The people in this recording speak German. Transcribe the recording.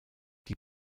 die